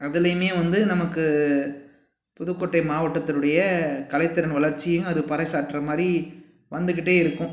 அதுலையும் வந்து நமக்கு புதுக்கோட்டை மாவட்டத்தினுடைய கலைத்திறன் வளர்ச்சியும் அது பறைசாற்ற மாதிரி வந்துகிட்டே இருக்கும்